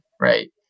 Right